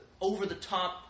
over-the-top